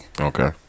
Okay